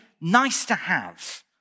nice-to-have